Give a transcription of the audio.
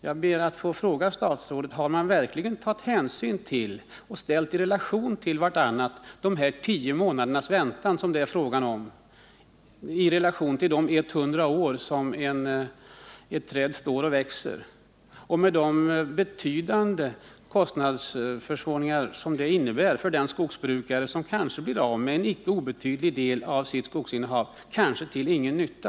Jag ber att få fråga statsrådet: Har man verkligen tagit hänsyn till och ställt i relation till varandra de här tio månadernas väntan, som det är fråga om, och de 100 år som ett träd står och växer samt de betydande kostnadsökningar som det innebär för den skogsbrukare som eventuellt blir av med en icke obetydlig del av sitt skogsinnehav — kanske till ingen nytta?